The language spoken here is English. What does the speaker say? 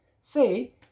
Say